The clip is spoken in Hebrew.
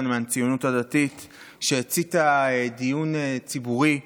מהציונות הדתית שהציתה דיון ציבורי רחב.